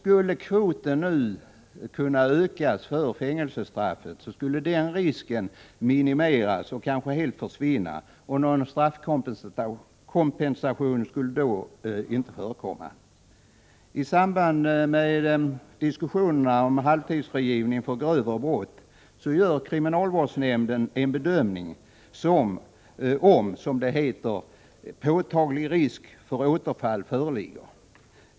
Om kvoten skulle kunna ökas för fängelsestraffen, skulle den risken minimeras och kanske helt försvinna. Någon straffkompensation skulle då inte förekomma. I samband med diskussionerna om halvtidsfrigivning för grövre brott gör kriminalvårdsnämnden en bedömning av huruvida, som det heter, ”påtaglig risk för återfall” föreligger.